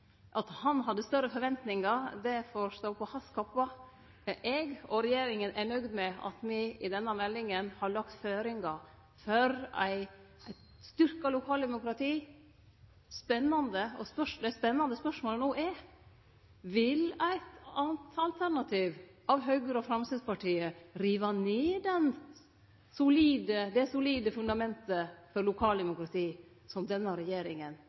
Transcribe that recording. At han hadde større forventingar, får han ta på si kappe. Eg – og regjeringa – er nøgd med at me i denne meldinga har lagt føringar for eit styrkt lokaldemokrati. Det spennande spørsmålet no er: Vil eit alternativ med Høgre og Framstegspartiet rive ned det solide fundamentet for lokaldemokrati som denne regjeringa